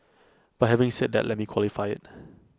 but having said that let me qualify IT